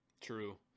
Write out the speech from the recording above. True